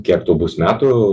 kiek tau bus metų